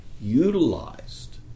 utilized